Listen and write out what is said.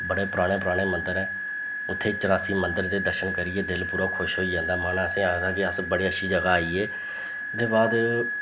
बड़े पराने पराने मंदर ऐ उत्थें चरासी मंदर दे दर्शन करियै दिल पूरा खुश होई जंदा मन असेंगी आखदा कि अस बड़ी अच्छी जगह् आई गे ओह्दे बाद